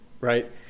Right